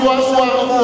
רוצה לקלקל לשר ארדן.